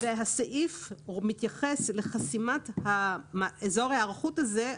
הסעיף מתייחס לחסימת אזור ההיערכות הזה,